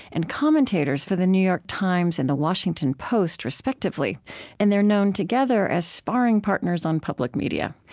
and commentators for the new york times and the washington post respectively and they're known together as sparring partners on public media.